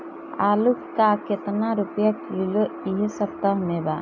आलू का कितना रुपया किलो इह सपतह में बा?